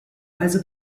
also